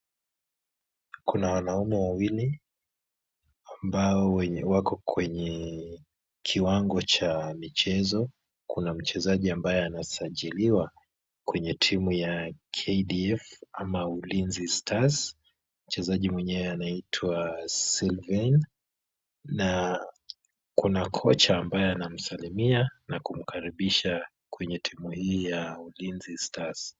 Kuna wanaume wawili ambao wako kwenye kiwango cha michezo, kuna mchezaji mbayo anasajiliwa kwenye timu ya kdf ama ulinzi Stars, mchezaji mwenyewe anaitwa sylven na Kuna couch ambayo anamsalimia na kumkaribisha kwenye timu hii ya ulinzi stars